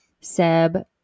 seb